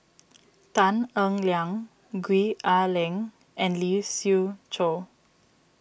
Tan Eng Liang Gwee Ah Leng and Lee Siew Choh